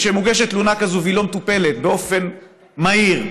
כשמוגשת תלונה כזאת והיא לא מטופלת באופן מהיר,